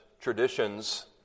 traditions